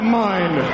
mind